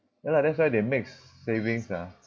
ya lah that's why they mix savings ah